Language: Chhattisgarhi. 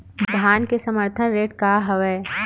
धान के समर्थन रेट का हवाय?